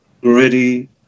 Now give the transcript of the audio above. gritty